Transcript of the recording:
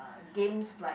games like